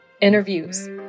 Interviews